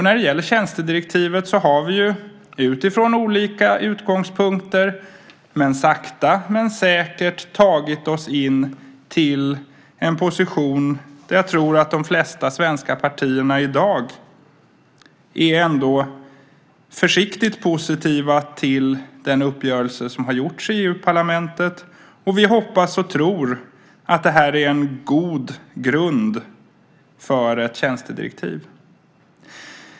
När det gäller tjänstedirektivet har vi, utifrån olika utgångspunkter men sakta men säkert, tagit oss in till en position där jag tror att de flesta svenska partierna i dag ändå är försiktigt positiva till den uppgörelse som har gjorts i EU-parlamentet. Vi hoppas och tror att det här är en god grund för ett tjänstedirektiv.